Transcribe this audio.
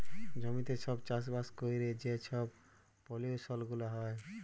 জমিতে ছব চাষবাস ক্যইরে যে ছব পলিউশল গুলা হ্যয়